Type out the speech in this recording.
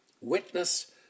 witness